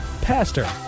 Pastor